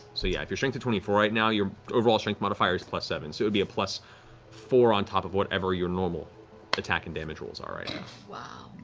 so yeah, if you're strength's at twenty four right now, your overall strength modifier is plus seven. so it would be a plus four on top of whatever your normal attacking damage was already. laura wow.